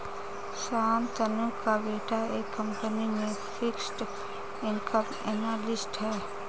शांतनु का बेटा एक कंपनी में फिक्स्ड इनकम एनालिस्ट है